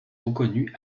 reconnue